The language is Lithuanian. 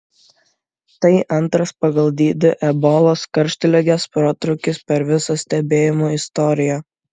tai antras pagal dydį ebolos karštligės protrūkis per visą stebėjimų istoriją